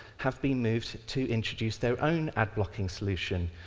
have been moved to introduce their own ad-blocking solution.